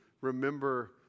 Remember